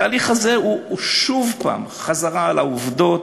התהליך הזה הוא שוב חזרה על העובדות,